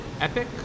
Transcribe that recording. Epic